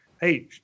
Hey